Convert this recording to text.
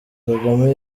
kagame